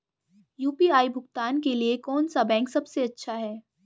UPI भुगतान के लिए कौन सा बैंक सबसे अच्छा है?